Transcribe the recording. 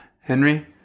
Henry